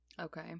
Okay